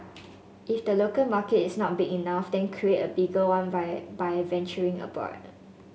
if the local market is not big enough then create a bigger one via by venturing abroad